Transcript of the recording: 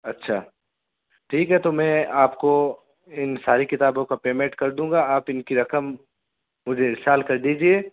اچھا ٹھیک ہے تو میں آپ کو ان ساری کتابوں کا پیمیٹ کر دوں گا آپ ان کی رقم مجھے ارسال کر دیجیے